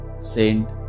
Saint